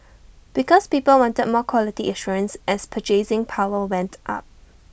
because people wanted more quality assurance as purchasing power went up